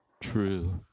True